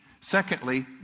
Secondly